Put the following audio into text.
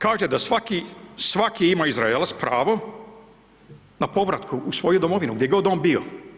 Kaže da svaki, svaki ima Izraelac pravo na povratku u svoju domovinu, gdje god on bio.